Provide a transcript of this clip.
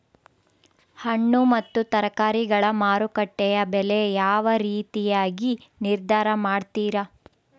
ಹಣ್ಣು ಮತ್ತು ತರಕಾರಿಗಳ ಮಾರುಕಟ್ಟೆಯ ಬೆಲೆ ಯಾವ ರೇತಿಯಾಗಿ ನಿರ್ಧಾರ ಮಾಡ್ತಿರಾ?